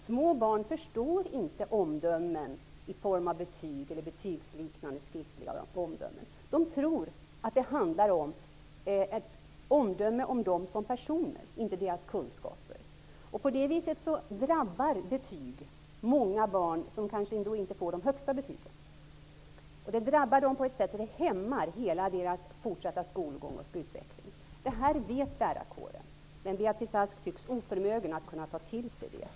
Små barn förstår inte omdömen i form av betyg eller betygsliknande skriftliga omdömen. De tror att det handlar om ett omdöme om dem som personer och inte deras kunskaper. På det viset drabbar betygen många barn som kanske inte får de högsta betygen. Det drabbar dem så att det hämmar hela deras fortsatta skolgång och utveckling. Det här vet lärarkåren, men Beatrice Ask tycks oförmögen att ta till sig det.